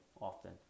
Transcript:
often